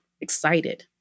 excited